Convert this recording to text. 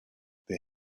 they